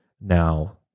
now